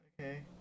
Okay